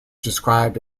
described